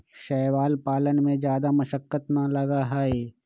शैवाल पालन में जादा मशक्कत ना लगा हई